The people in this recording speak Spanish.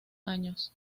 años